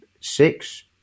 six